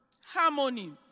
Harmony